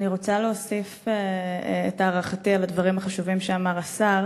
אני רוצה להוסיף את הערכתי לדברים החשובים שאמר השר